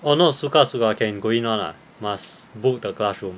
orh not suka-suka can go in [one] ah must book the classroom